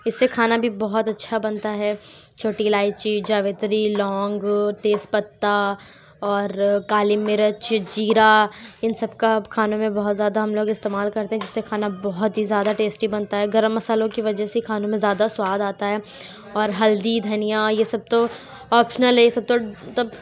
اس سے کھانا بھی بہت اچھا بنتا ہے چھوٹی الائچی جاوتری لونگ تیج پتہ اور کالی مرچ زیرہ ان سب کا کھانوں میں بہت زیادہ ہم لوگ استعمال کرتے ہیں جس سے کھانا بہت ہی زیادہ ٹیسٹی بنتا ہے گرم مسالوں کی وجہ سے کھانوں میں زیادہ سواد آتا ہے اور ہلدی دھنیا یہ سب تو آپشنل ہے یہ سب تو تب